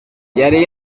yari